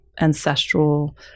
ancestral